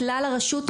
מכלל הרשות,